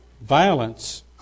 violence